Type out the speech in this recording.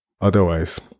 otherwise